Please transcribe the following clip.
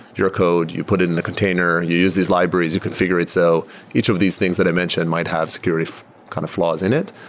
your code. you put in a container. you use these libraries. you configure it. so each of these things that i mentioned might have security kind of flaws in it,